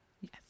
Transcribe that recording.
yes